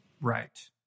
Right